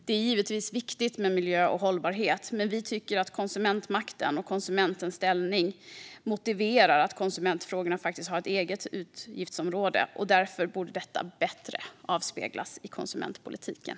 Det är givetvis viktigt med miljö och hållbarhet, men vi tycker att konsumentmakten och konsumentens ställning motiverar att konsumentfrågorna har ett eget utgiftsområde. Därför borde detta bättre avspeglas i konsumentpolitiken.